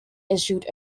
issued